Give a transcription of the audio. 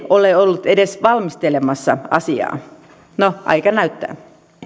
ole ollut edes valmistelemassa asiaa no aika näyttää